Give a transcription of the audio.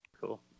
Cool